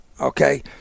okay